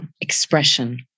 expression